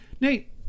Nate